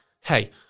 hey